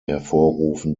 hervorrufen